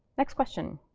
next question,